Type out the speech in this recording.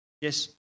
Yes